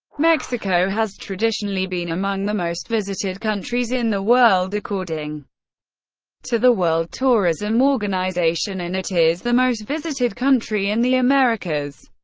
mexico has traditionally been among the most visited countries in the world according to the world tourism organization and it is the most visited country in the americas,